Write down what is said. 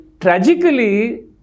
tragically